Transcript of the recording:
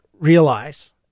realize